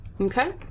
Okay